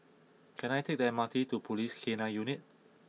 can I take the M R T to Police K nine Unit